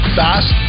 fast